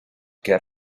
get